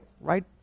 right